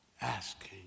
asking